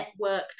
networked